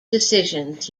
decisions